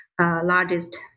largest